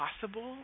possible